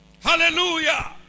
Hallelujah